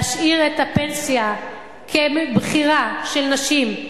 להשאיר את גיל הפנסיה כבחירה של נשים,